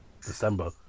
December